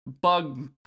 bug